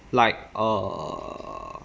like err